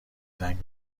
زنگ